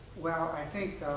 well, i think